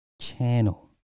channel